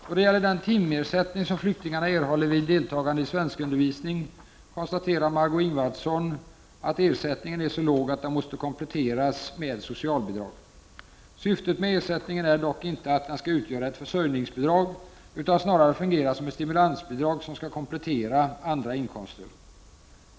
Då det gäller den timersättning som flyktingarna erhåller vid deltagande i svenskundervisning konstaterar Margö Ingvardsson att ersättningen är så låg att den måste kompletteras med socialbidrag. Syftet med ersättningen är dock inte att den skall utgöra ett försörjningsbidrag utan snarare fungera som ett stimulansbidrag, som skall komplettera andra inkomster.